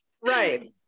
Right